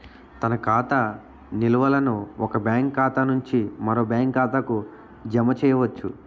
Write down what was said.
తన ఖాతా నిల్వలను ఒక బ్యాంకు ఖాతా నుంచి మరో బ్యాంక్ ఖాతాకు జమ చేయవచ్చు